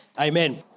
Amen